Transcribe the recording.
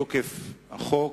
מתוקף החוק,